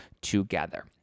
together